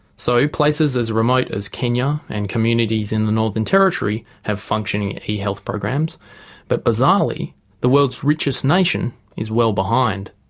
so places as remote as kenya and communities in the northern territory have functioning e-health programs but bizarrely the world's richest nation is well behind.